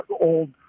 old